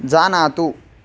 जानातु